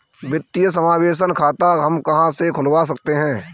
वित्तीय समावेशन खाता हम कहां से खुलवा सकते हैं?